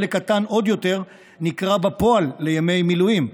חלק קטן עוד יותר נקרא בפועל לימי מילואים.